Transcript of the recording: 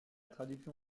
traduction